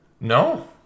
No